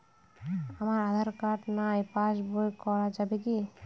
আমার আঁধার কার্ড নাই পাস বই করা যাবে কি?